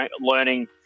learning